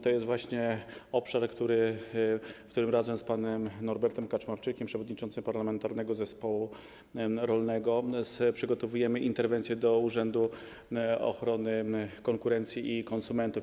To jest właśnie obszar, w którym razem z panem Norbertem Kaczmarczykiem, przewodniczącym parlamentarnego zespołu rolnego, przygotowujemy interwencję do Urzędu Ochrony Konkurencji i Konsumentów.